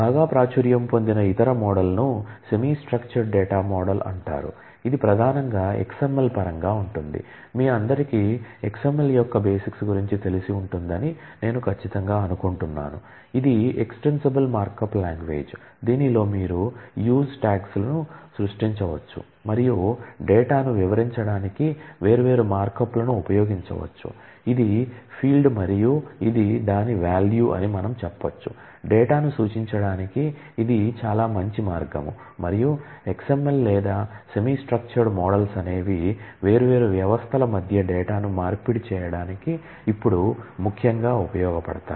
బాగా ప్రాచుర్యం పొందిన ఇతర మోడల్ను సెమీ స్ట్రక్చర్డ్ డేటా మోడల్ అనేవి వేర్వేరు వ్యవస్థల మధ్య డేటాను మార్పిడి చేయడానికి ఇప్పుడు ముఖ్యంగా ఉపయోగపడతాయి